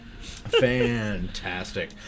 Fantastic